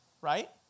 right